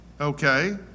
Okay